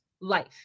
life